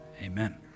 amen